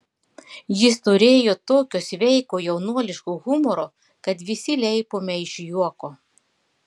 jis turėjo tokio sveiko jaunuoliško humoro kad visi leipome iš juoko